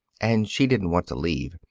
and she didn't want to leave.